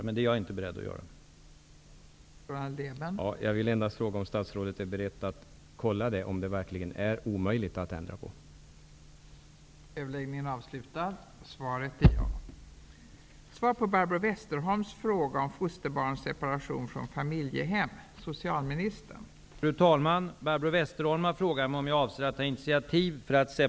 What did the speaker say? Jag är dock inte beredd att göra det.